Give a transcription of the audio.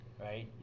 right